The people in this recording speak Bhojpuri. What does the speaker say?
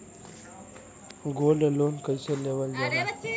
गोल्ड लोन कईसे लेवल जा ला?